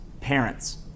parents